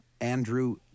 Andrew